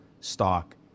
stock